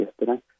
yesterday